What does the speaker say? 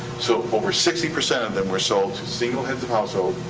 so over sixty percent of them were sold to single heads of household.